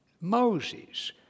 Moses